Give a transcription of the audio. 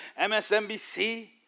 MSNBC